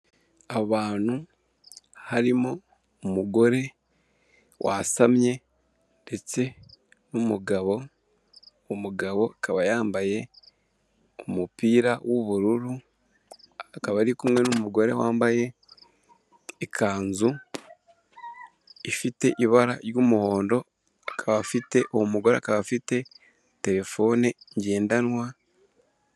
Abantu harimo umugore wasamye ndetse n'umugabo. Umugabo akaba yambaye umupira w'ubururu akaba ari kumwe n'umugore wambaye ikanzu ifite ibara ry'umuhondo, akaba afite uwo mugore akaba afite telefone ngendanwa,